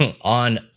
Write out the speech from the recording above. on